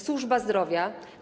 Służba zdrowia.